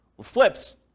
flips